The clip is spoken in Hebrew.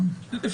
אתה